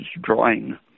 drawing